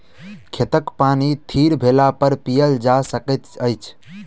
खेतक पानि थीर भेलापर पीयल जा सकैत अछि